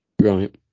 Right